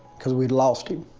because we'd lost him.